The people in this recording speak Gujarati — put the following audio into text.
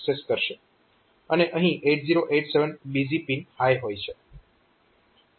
અને અહીં 8087 બીઝી પિન હાય હોય છે